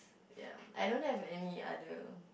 ya I don't have any other